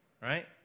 right